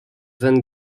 van